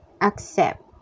accept